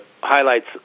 highlights